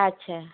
আচ্ছা